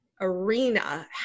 arena